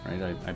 right